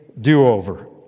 do-over